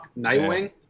Nightwing